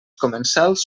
comensals